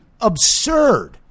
absurd